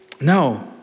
No